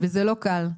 וזה לא קל.